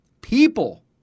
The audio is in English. people